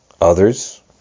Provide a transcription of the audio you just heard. others